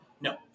No